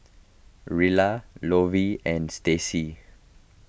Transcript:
Rella Lovie and Stacy